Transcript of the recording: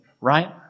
right